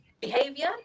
behavior